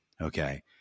Okay